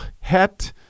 het